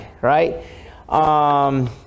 right